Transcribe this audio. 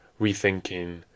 rethinking